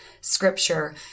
scripture